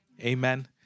Amen